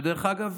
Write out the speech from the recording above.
שדרך אגב,